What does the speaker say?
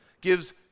Gives